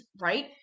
right